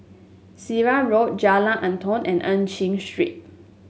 Sirat Road Jalan Antoi and Eu Chin Street